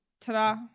ta-da